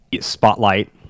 Spotlight